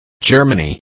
Germany